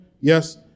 Yes